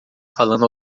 falando